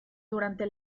durante